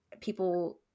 people